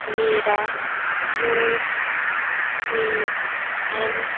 ਮੇਰਾ U A N